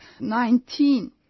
2019